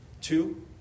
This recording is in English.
two